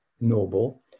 noble